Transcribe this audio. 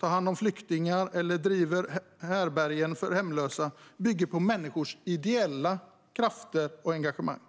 ta hand om flyktingar eller driva härbärgen för hemlösa, bygger på människors ideella krafter och engagemang.